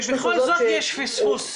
יש מחוזות --- ובכל זאת יש פספוס,